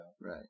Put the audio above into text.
Right